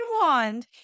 wand